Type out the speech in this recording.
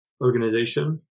organization